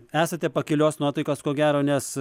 esate pakilios nuotaikos ko gero nes